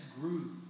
grew